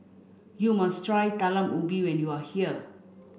you must try Talam Ubi when you are here